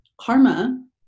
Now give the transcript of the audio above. Karma